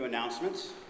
announcements